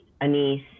anise